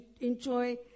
enjoy